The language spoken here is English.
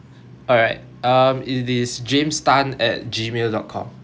alright um it is james tan at G mail dot com